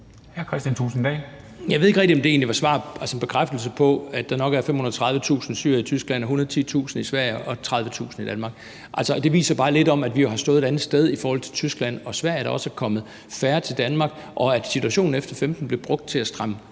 Jeg ved ikke rigtig, om det egentlig var en bekræftelse af, at det nok er 530.000 syrere i Tyskland og 110.000 i Sverige og 30.000 i Danmark. Det siger bare lidt om, at vi jo har stået et andet sted end Tyskland og Sverige, at der er kommet færre til Danmark, og at situationen efter 2015 blev brugt til at stramme